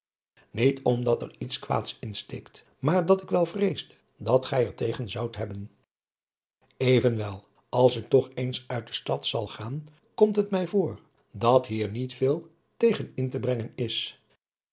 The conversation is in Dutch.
niet omdat er iets kwaads in steekt maar dat ik wel vreesde dat gij er tegen zoudt hebben evenwel als ik toch eens uit de stad zal gaan komt het mij voor dat hier nie tveel te gen in te brengen is